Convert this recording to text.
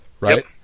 right